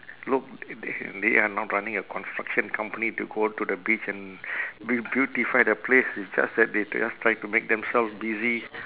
look the~ they are not running a construction company to go to the beach and rebeautify the place it's just that they just try to make themselves busy